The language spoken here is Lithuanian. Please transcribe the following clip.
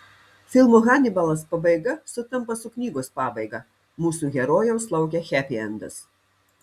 filmo hanibalas pabaiga sutampa su knygos pabaiga mūsų herojaus laukia hepiendas